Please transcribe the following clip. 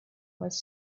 was